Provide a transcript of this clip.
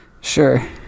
Sure